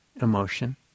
emotion